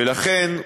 ולכן,